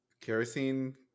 kerosene